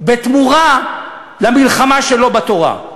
בתמורה למלחמה שלו בתורה.